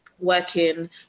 Working